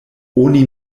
oni